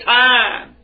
time